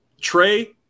Trey